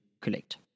collect